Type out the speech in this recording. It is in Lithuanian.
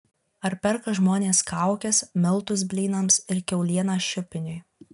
ar perka žmonės kaukes miltus blynams ir kiaulieną šiupiniui